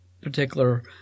particular